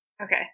Okay